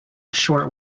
short